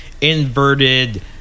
inverted